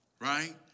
right